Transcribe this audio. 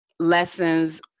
Lessons